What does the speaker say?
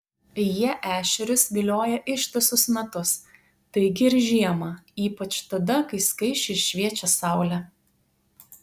jie ešerius vilioja ištisus metus taigi ir žiemą ypač tada kai skaisčiai šviečia saulė